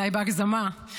אולי בהגזמה,